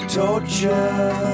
torture